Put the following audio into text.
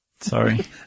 Sorry